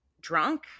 drunk